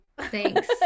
thanks